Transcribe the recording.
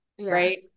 right